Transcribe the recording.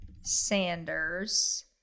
Sanders